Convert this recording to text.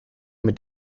mit